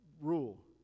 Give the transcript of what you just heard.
rule